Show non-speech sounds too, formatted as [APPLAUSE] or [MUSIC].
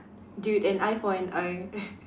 dude an eye for an eye [LAUGHS]